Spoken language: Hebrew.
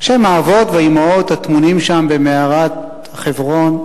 בשם האבות והאמהות הטמונים שם במערת חברון,